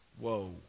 Whoa